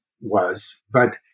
was—but